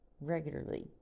regularly